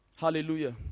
Hallelujah